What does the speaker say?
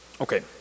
Okay